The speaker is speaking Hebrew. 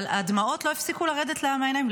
אבל הדמעות לא הפסיקו לרדת לה מהעיניים.